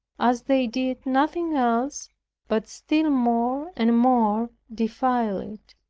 as they did nothing else but sill more and more defile it.